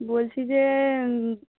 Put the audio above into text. বলছি যে